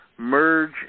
Merge